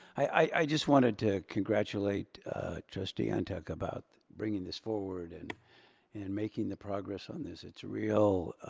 i just wanted to congratulate trustee ah ntuk about bringing this forward and and making the progress on this. it's real,